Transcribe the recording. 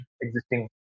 existing